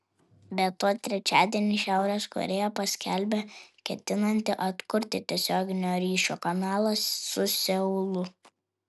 be to trečiadienį šiaurės korėja paskelbė ketinanti atkurti tiesioginio ryšio kanalą su seulu